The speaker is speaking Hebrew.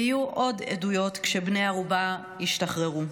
יהיו עוד עדויות כשבני הערובה ישתחררו.